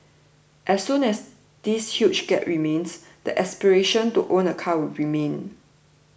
as long as this huge gap remains the aspiration to own a car will remain